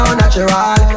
natural